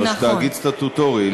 היא תאגיד סטטוטורי,